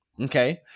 Okay